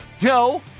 no